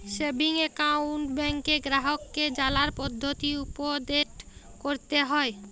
savings account ব্যাংকে গ্রাহককে জালার পদ্ধতি উপদেট ক্যরতে হ্যয়